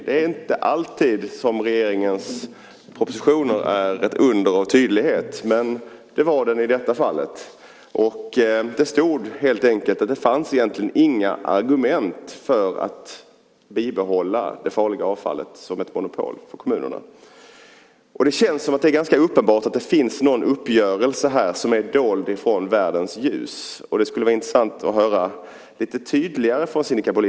Det är inte alltid som regeringens propositioner är ett under av tydlighet. Men det var den i detta fall. Det stod helt enkelt att det inte fanns några argument för att bibehålla det farliga avfallet som ett monopol för kommunerna. Det känns ganska uppenbart att det finns någon uppgörelse här som är dold för världens ljus. Det skulle vara intressant att höra lite tydligare om det från Sinikka Bohlin.